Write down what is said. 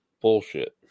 bullshit